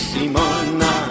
Simona